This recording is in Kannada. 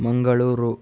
ಮಂಗಳೂರು